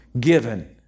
given